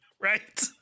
Right